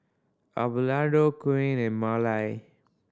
Abelardo Koen and Marely